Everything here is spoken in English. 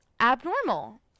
abnormal